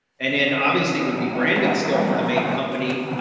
and then obviously would be branded still for the main company.